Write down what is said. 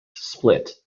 split